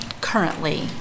currently